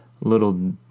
little